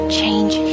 change